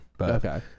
Okay